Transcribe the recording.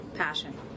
passion